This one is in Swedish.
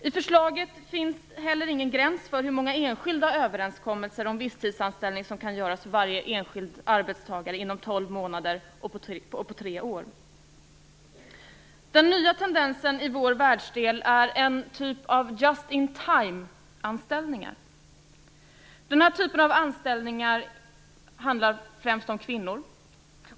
I förslaget finns heller ingen gräns för hur många enskilda överenskommelser om visstidsanställning som kan göras för varje enskild arbetstagare inom 12 Den nya tendensen i vår världsdel är en typ av just-in-time-anställningar. Den här typen av anställningar gäller främst kvinnor.